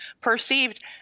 perceived